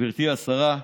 גברתי השרה,